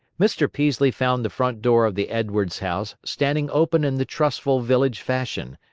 mr. peaslee found the front door of the edwards house standing open in the trustful village fashion,